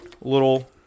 little